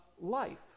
life